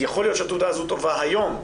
כי יכול להיות שהתעודה הזו טובה היום,